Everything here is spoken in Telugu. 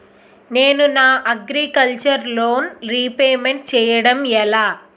నేను నా అగ్రికల్చర్ లోన్ రీపేమెంట్ చేయడం ఎలా?